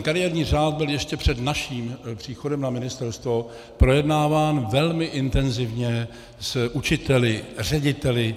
Kariérní řád byl ještě před naším příchodem na ministerstvo projednáván velmi intenzivně s učiteli, řediteli.